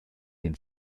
den